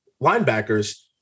linebackers